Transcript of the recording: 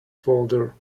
folder